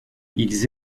ils